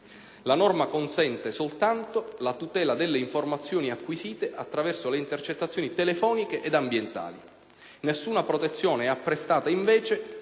La norma consente soltanto la tutela delle informazioni acquisite attraverso le intercettazioni telefoniche ed ambientali. Nessuna protezione è apprestata, invece,